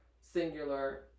singular